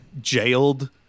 jailed